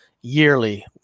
yearly